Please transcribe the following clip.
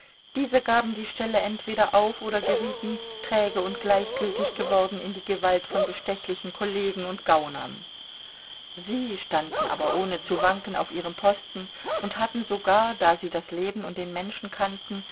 diese gaben die stelle entweder auf oder gerieten träge und gleichgültig geworden in die gewalt von bestechlichen kollegen und gaunern sie standen aber ohne zu wanken auf ihren posten und hatten sogar da sie das leben und den menschen kannten